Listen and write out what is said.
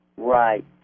Right